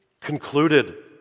concluded